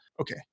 Okay